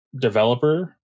developer